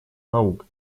наук